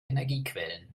energiequellen